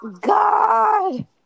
God